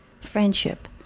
friendship